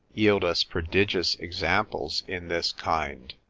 yield us prodigious examples in this kind,